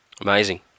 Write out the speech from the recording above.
Amazing